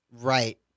Right